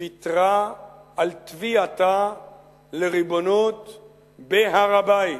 ויתרה על תביעתה לריבונות בהר-הבית,